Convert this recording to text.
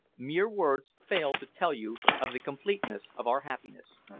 mere words fail to tell you of the completeness of our happiness.